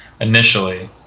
initially